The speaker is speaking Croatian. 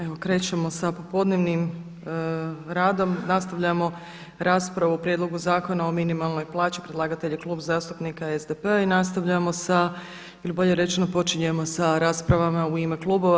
Evo krećemo sa popodnevnim radom, nastavljamo raspravu o Prijedlogu zakona o minimalnoj plaći, predlagatelj je Klub zastupnika SDP-a i nastavljamo sa ili bolje rečeno počinjemo sa raspravama u ime klubova.